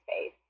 space